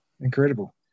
Incredible